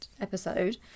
episode